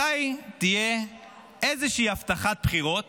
מתי תהיה איזושהי הבטחת בחירות